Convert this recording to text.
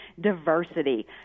diversity